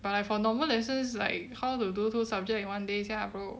but like for normal lessons like how to do two subject one day sia bro